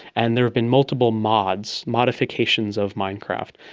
and there have been multiple mods, modifications of minecraft,